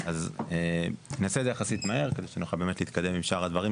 אני אעשה את זה יחסית מהר כדי שנוכל באמת להתקדם עם שאר הדברים,